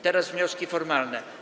Teraz wnioski formalne.